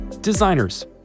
Designers